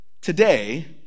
today